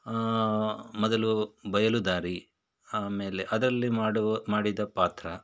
ಮೊದಲು ಬಯಲು ದಾರಿ ಆಮೇಲೆ ಅದರಲ್ಲಿ ಮಾಡುವ ಮಾಡಿದ ಪಾತ್ರ